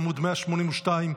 עמ' 182,